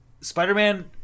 Spider-Man